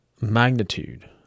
magnitude